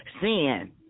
sin